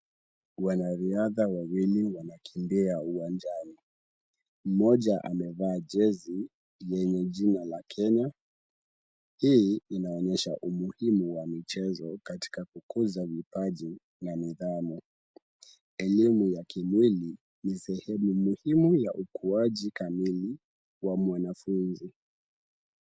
Wanariadha wawili wanakimbia uwanjani. Mmoja amevaa jezi yenye jina la Kenya. Hii inaonyesha umuhimu wa michezo katika kukuza vipaji na nidhamu. Elimu ya kimwili ni sehemu muhimu ya ukuaji kamili wa mwanafunzi.